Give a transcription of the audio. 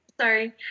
sorry